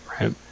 Right